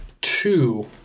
two